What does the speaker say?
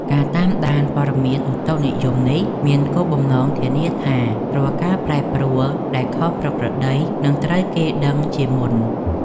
ការតាមដានព័ត៌មានឧតុនិយមនេះមានគោលបំណងធានាថា រាល់ការប្រែប្រួលដែលខុសប្រក្រតីនឹងត្រូវគេដឹងជាមុន។